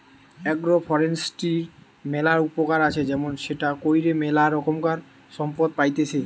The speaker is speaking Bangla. আগ্রো ফরেষ্ট্রীর ম্যালা উপকার আছে যেমন সেটা কইরে ম্যালা রোকমকার সম্পদ পাইতেছি